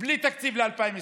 בלי תקציב ל-2021.